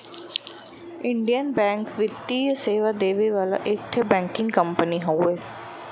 Indian bank वित्तीय सेवा देवे वाला एक ठे बैंकिंग कंपनी हउवे